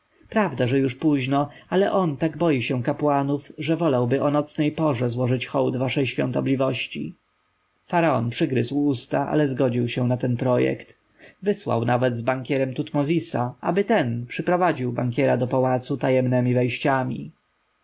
prawda że już późno ale on tak boi się kapłanów że wolałby o nocnej porze złożyć hołd waszej świątobliwości faraon przygryzł usta ale zgodził się na ten projekt wysłał nawet z bankierem tutmozisa aby ten przyprowadził hirama do pałacu tajemnemi wejściami